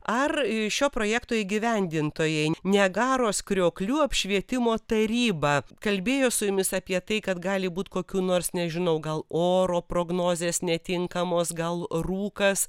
ar iii šio projekto įgyvendintojai niagaros krioklių apšvietimo taryba kalbėjo su jumis apie tai kad gali būti kokių nors nežinau gal oro prognozės netinkamos gal rūkas